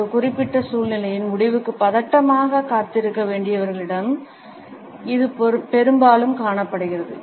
ஒரு குறிப்பிட்ட சூழ்நிலையின் முடிவுக்கு பதட்டமாக காத்திருக்க வேண்டியவர்களிடம் இது பெரும்பாலும் காணப்படுகிறது